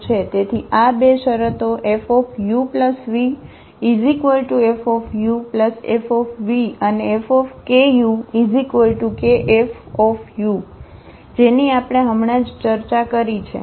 તેથી આ 2 શરતો FuvFuFv અને FkukF જેની આપણે હમણાં જ ચર્ચા કરી છે